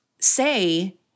say